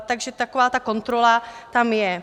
Takže takováto kontrola tam je.